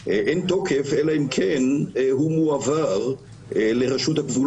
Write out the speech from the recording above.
בנוסח המוצע כרגע והשאלה אם אלה מועדים שבתי הדין יכולים לעמוד